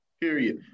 period